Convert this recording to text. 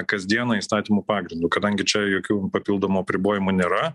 kasdieną įstatymų pagrindu kadangi čia jokių papildomų apribojimų nėra